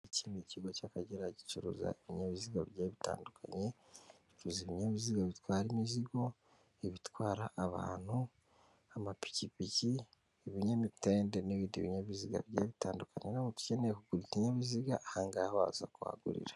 Iki ni ikigo cy'akagera gicuruza ibinyabiziga bigiye bitandukanye, ibinyabiziga bitwara imizigo, ibitwara abantu, amapikipiki, ibinyamitende n'ibindi binyabiziga bigiye bitandukanye. Uramutse ukeneye kugura ikininyabiziga ahangagaha waza ukuhagurira.